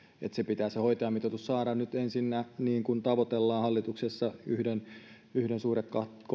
se mitoitus pitää saada nyt ensinnä niin kuin tavoitellaan hallituksessa eli yhden suhde